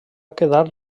quedar